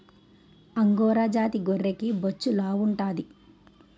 angora జాతి గొర్రెకి బొచ్చు లావుంటాది